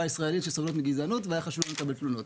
הישראלית שסובלות מגזענות והיה חשוב לקבל תלונות.